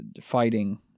fighting